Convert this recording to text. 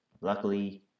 luckily